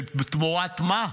ותמורת מה?